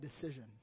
decision